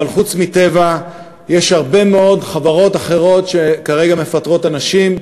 אבל חוץ מ"טבע" יש הרבה מאוד חברות אחרות שכרגע מפטרות אנשים.